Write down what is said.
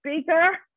speaker